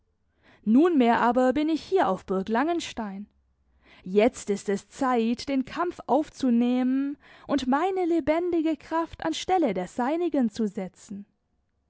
nunmehr aber bin ich hier auf burg langenstein jetzt ist es zeit den kampf aufzunehmen und meine lebendige kraft an stelle der seinigen zu setzen